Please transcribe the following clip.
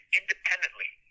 independently